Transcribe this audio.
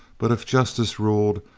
but if justice ruled,